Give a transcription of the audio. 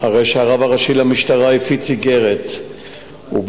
הרי שהרב הראשי למשטרה הפיץ איגרת ובה